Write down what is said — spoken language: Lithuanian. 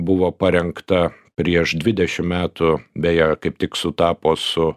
buvo parengta prieš dvidešim metų beje kaip tik sutapo su